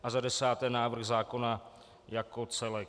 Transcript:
A za desáté návrh zákona jako celek.